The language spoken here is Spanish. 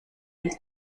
del